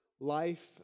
life